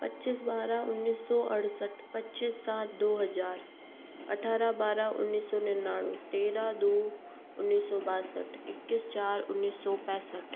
पच्चीस बारह उन्नीस सौ अड़सठ पच्चीस सात दो हज़ार अठारह बारह उन्नीस सौ निन्यानवे तेरह दो उन्नीस सौ बासठ इक्कीस चार उन्नीस सौ पैंसठ